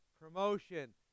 promotion